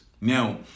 Now